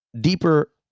deeper